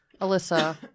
Alyssa